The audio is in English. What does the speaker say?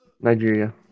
Nigeria